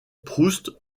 proust